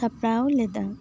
ᱥᱟᱯᱲᱟᱣ ᱞᱮᱫᱟ